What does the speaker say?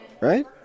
right